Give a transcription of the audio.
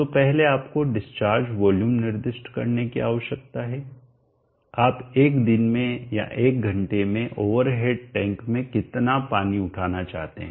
तो पहले आपको डिस्चार्ज वॉल्यूम निर्दिष्ट करने की आवश्यकता है आप एक दिन में या एक घंटे में ओवर हेड टैंक में कितना पानी उठाना चाहते हैं